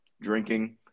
drinking